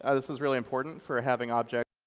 ah this is really important for having objects